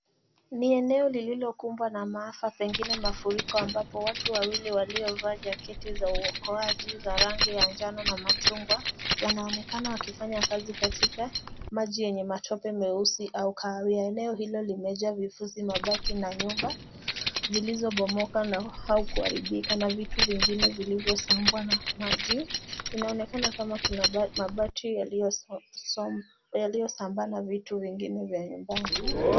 Ni eneo lililokumbwa na maafa pengine mafuriko ambapo, watu wawili waliovaa jaketi za uokoaji za rangi ya njano na machungwa, Wanaonekana wakifanya kazi katika maji yenye matope meusi au kahawia. Eneo hilo limejaa vifusi, mabaki na nyumba zilizobomoka au kuharibika na vitu vingine vilivyosombwa na maji. Inaonekana kama kuna mabati yaliyosambaa na vitu vingine vya nyumbani.